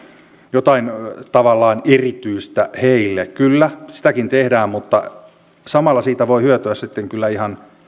jotain tavallaan erityistä heille kyllä sitäkin tehdään mutta samalla siitä voivat hyötyä sitten kyllä ihan